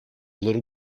little